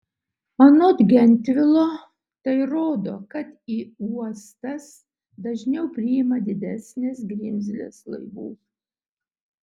anot gentvilo tai rodo kad į uostas dažniau priima didesnės grimzlės laivų